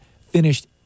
finished